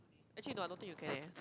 actually no I don't think you can eh